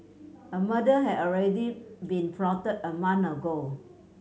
a murder had already been plotted a month ago